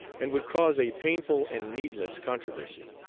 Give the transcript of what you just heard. and would cause a painful and needless controversy.